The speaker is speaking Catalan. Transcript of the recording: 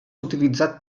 utilitzat